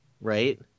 Right